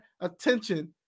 attention